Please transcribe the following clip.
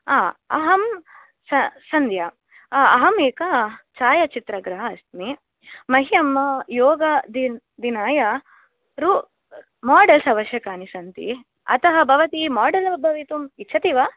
आ अहं सन् सन्ध्या अहम् एकः छायाचित्रग्राहः अस्मि मह्यं योगदिनाय मोडल्स् आवश्यकानि सन्ति अतः भवती मोडल् भवितुम् इच्छति वा